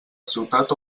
ciutat